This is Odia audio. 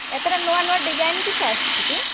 ଏଥର ନୂଆ ନୂଆ ଡିଜାଇନ କିସ ଆସିଛି କି